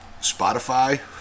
Spotify